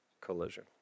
collision